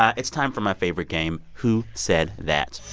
it's time for my favorite game, who said that?